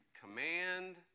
command